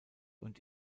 und